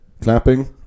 Clapping